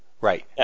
Right